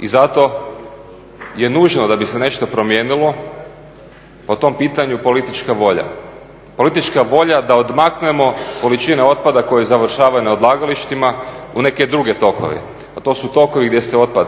I zato je nužno da bi se nešto promijenilo po tom pitanju politička volja, politička volja da odmaknemo količine otpada koje završavaju na odlagalištima u neke druge tokove, a to su tokovi gdje se otpad